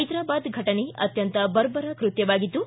ಹೈದರಾಬಾದ್ ಘಟನೆ ಅತ್ಯಂತ ಬರ್ಬರ ಕೃತ್ಯವಾಗಿದ್ದು